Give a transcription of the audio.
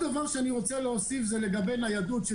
אני רוצה להוסיף לגבי ניידות.